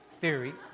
theory